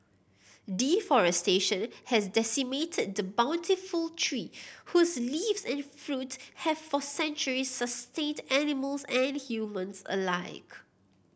deforestation has decimated the bountiful tree whose leaves and fruit have for centuries sustained animals and humans alike